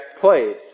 played